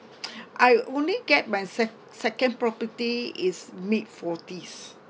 I only get my sec~ second property is mid forties